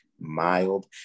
mild